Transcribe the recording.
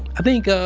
i think, ah